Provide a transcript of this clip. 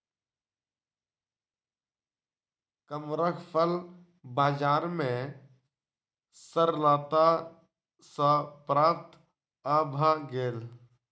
कमरख फल बजार में सरलता सॅ प्राप्त भअ गेल